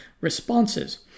responses